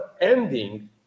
ending